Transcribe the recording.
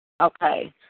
Okay